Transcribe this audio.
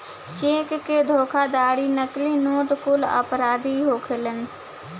check के धोखाधड़ी, नकली नोट कुल अपराध ही होखेलेन